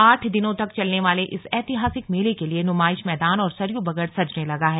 आठ दिनों तक चलने वाले इस ऐतिहासिक मेले के लिए नुमाइश मैदान और सरयू बगड़ सजने लगा है